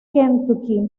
kentucky